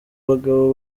bagabo